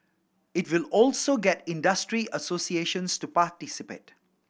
it will also get industry associations to participate